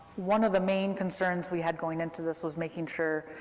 one of the main concerns we had, going into this, was making sure,